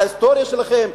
על ההיסטוריה שלכם.